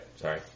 Sorry